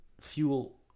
fuel